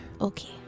Okay